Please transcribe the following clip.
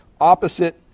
opposite